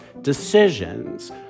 decisions